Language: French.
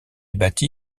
bâti